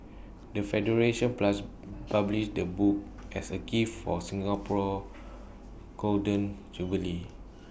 the federation plus published the book as A gift for Singapore Golden Jubilee